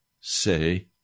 say